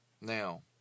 Now